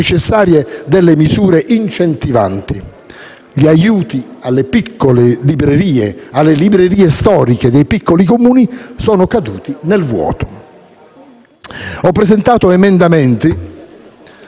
le misure incentivanti. Ma gli aiuti alle piccole librerie e storiche dei piccoli Comuni sono caduti nel vuoto. Ho presentato emendamenti